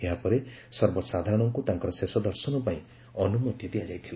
ଏହାପରେ ସର୍ବସାଧାରଣଙ୍କୁ ତାଙ୍କର ଶେଷ ଦର୍ଶନ ପାଇଁ ଅନୁମତି ଦିଆଯାଇଥିଲା